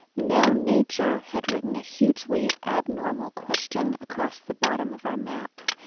now nature had written a hugely abnormal question across the bottom of our map.